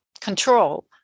control